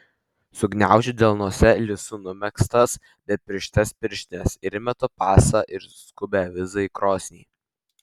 sugniaužiu delnuose lisu numegztas bepirštes pirštines ir įmetu pasą ir skubią vizą į krosnį